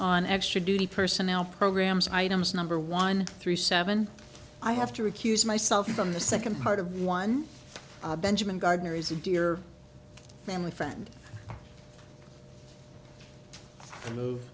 on extra duty personnel programs items number one three seven i have to recuse myself from the second part of one benjamin gardiner is a dear family friend move